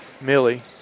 Millie